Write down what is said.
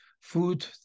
food